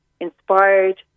inspired